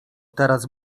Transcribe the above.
teraz